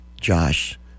Josh